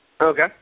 Okay